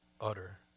utter